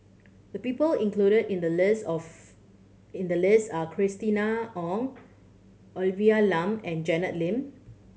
the people included in the list are of in the list are Christina Ong Olivia Lum and Janet Lim